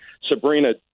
Sabrina